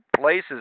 places